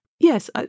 Yes